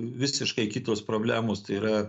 visiškai kitos problemos tai yra